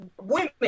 women